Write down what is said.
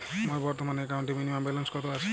আমার বর্তমান একাউন্টে মিনিমাম ব্যালেন্স কত আছে?